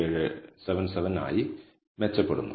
8077 ആയി മെച്ചപ്പെടുന്നു